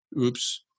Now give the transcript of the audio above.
oops